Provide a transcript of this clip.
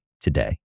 today